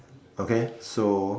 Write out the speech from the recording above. okay so